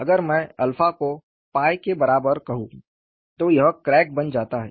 अगर मैं 𝜶 को 𝞹 के बराबर कहूं तो यह क्रैक बन जाता है